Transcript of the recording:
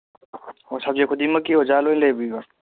ꯑꯣ ꯁꯕꯖꯦꯛ ꯈꯨꯗꯤꯡꯃꯛꯀꯤ ꯑꯣꯖꯥ ꯂꯣꯏꯅ ꯂꯩꯕꯤꯕ꯭ꯔꯥ